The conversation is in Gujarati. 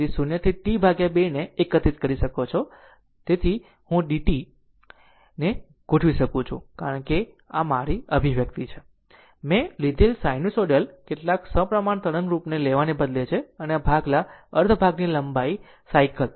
તેથી 0 થી t 2 ને એકીકૃત કરી શકો છો પછી હું ડીtમાં ગોઠવી શકું છું કારણ કે આ તે મારા માટેનો અભિવ્યક્તિ છે આ મેં લીધેલ સાઇનસોડાયલ કેટલાક સપ્રમાણતા તરંગરૂપને લેવાને બદલે છે અને આ ભાગલા અર્ધ ભાગની લંબાઈ સાયકલ